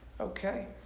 Okay